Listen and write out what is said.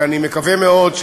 ואני מקווה מאוד,